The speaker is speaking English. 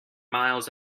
miles